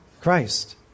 Christ